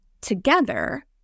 together